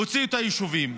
הוציאו את היישובים.